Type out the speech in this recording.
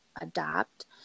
adopt